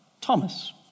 Thomas